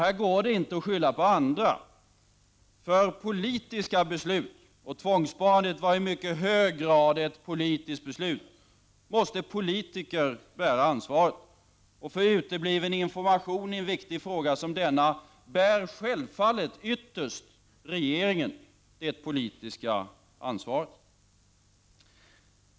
Det går inte att skylla på andra, eftersom för politiska beslut — och tvångssparandet var i mycket hög grad ett politiskt beslut — måste politiker bära ansvaret, och för utebliven information i en viktig fråga som denna bär självfallet ytterst regeringen det politiska ansvaret.